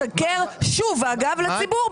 אתה משקר שוב לציבור,